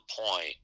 point